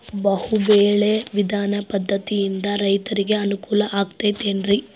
ಬಹು ಬೆಳೆ ವಿಧಾನ ಪದ್ಧತಿಯಿಂದ ರೈತರಿಗೆ ಅನುಕೂಲ ಆಗತೈತೇನ್ರಿ?